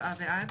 הצבעה בעד